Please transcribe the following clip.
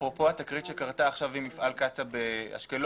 אפרופו התקרית שקרתה עכשיו עם מפעל קצ"א באשקלון,